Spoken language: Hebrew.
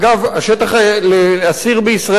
השטח לאסיר בישראל,